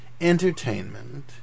entertainment